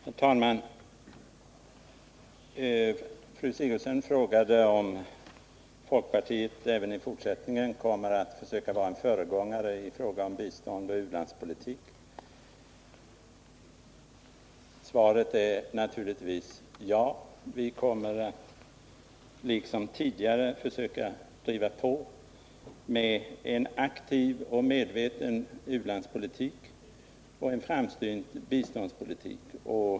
Herr talman! Fru Sigurdsen frågade om folkpartiet även i fortsättningen kommer att försöka vara en föregångare inom biståndsoch u-landspolitiken. Svaret är naturligtvis ja. Vi kommer liksom tidigare att försöka driva på med en aktiv och medveten u-landspolitik och en framsynt biståndspolitik.